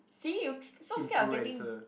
see you so so scared of getting